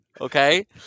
okay